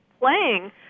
playing